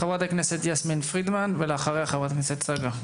ח"כ יסמין פרידמן ולאחריה ח"כ צגה.